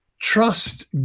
trust